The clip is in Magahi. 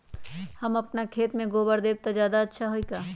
हम अपना खेत में गोबर देब त ज्यादा अच्छा होई का?